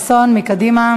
מקדימה,